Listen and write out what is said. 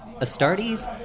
Astartes